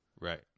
Right